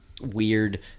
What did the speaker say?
weird